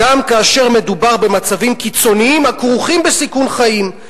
"גם כאשר מדובר במצבים קיצוניים הכרוכים בסיכון חיים,